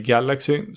Galaxy